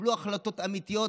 ותקבלו החלטות אמיתיות,